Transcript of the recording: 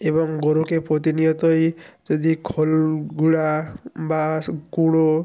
এবং গরুকে প্রতিনিয়তই যদি খোল গুঁড়ো বা কুড়ো